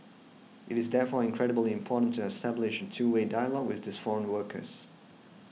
it is therefore incredibly important to establish two way dialogue with these foreign workers